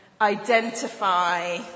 identify